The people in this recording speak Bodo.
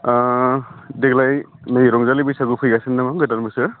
देग्लाय नै रंजालि बैसागु फैगासिनो दङ गोदान बोसोर